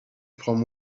from